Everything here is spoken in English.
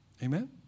Amen